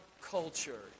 culture